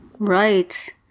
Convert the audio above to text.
Right